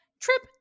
Trip